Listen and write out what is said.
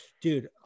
dude